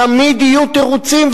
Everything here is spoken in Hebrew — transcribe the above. תמיד יהיו תירוצים,